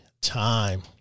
time